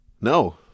No